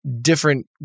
different